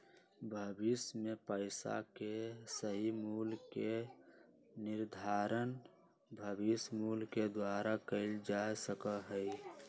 भविष्य में पैसा के सही मूल्य के निर्धारण भविष्य मूल्य के द्वारा कइल जा सका हई